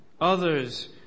Others